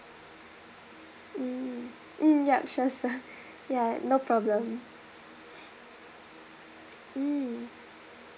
mm mm ya sure sir ya no problem mm